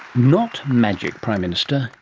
not magic, prime minister,